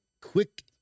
quick